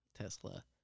Tesla